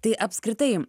tai apskritai